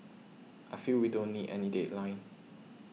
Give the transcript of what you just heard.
I feel we don't need any deadline